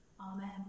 Amen